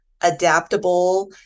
adaptable